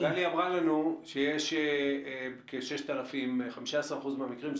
גלי גרוס אמרה לנו שזה בכ-15% מן המקרים,